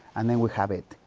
and then we have it.